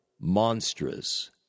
monstrous